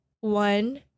one